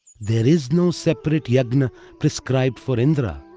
there is no separate yeah yajna prescribed for indra.